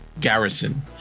garrison